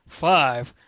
Five